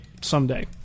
someday